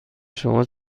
شما